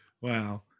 wow